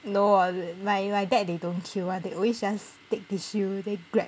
no hor uh my dad they don't queue or they always just take tissue then grab